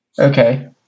Okay